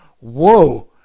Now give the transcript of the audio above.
Whoa